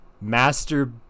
Master